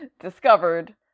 discovered